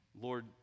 Lord